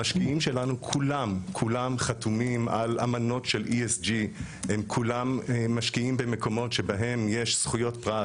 המשקיעים שלנו כולם חתומים על אמנות של ESG. הם כולם משקיעים במקומות שבהן יש זכויות פרט,